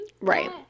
right